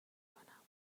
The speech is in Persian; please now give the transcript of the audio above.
کنم